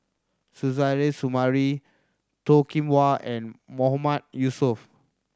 Suzairhe Sumari Toh Kim Hwa and Mahmood Yusof